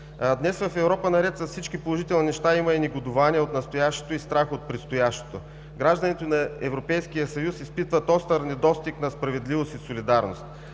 Днес в Европа, наред с всички положителни неща, има и негодувание от настоящето и страх от предстоящото. Гражданите на Европейския съюз изпитват остър недостиг на справедливост и солидарност.